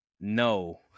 No